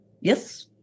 Yes